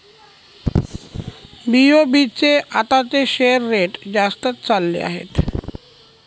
BOB चे आताचे share rate जास्तच चालले आहे